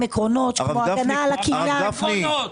עקרונות של הגנה על- -- ממש עקרונות.